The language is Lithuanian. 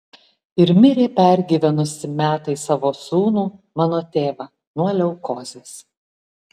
ir mirė pergyvenusi metais savo sūnų mano tėvą nuo leukozės